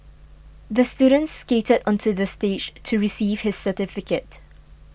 the student skated onto the stage to receive his certificate